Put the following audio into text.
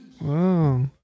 Wow